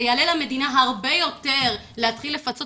זה יעלה למדינה הרבה יותר להתחיל לפצות